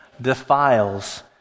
defiles